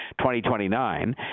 2029